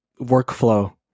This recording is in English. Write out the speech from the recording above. workflow